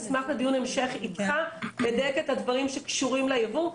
נשמח לדיון המשך אתך לדייק את הדברים שקשורים לייבוא.